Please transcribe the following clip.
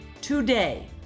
Today